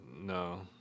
No